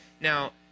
Now